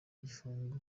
igifungo